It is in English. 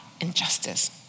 injustice